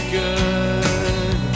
good